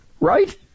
Right